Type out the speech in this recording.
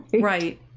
Right